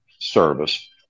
service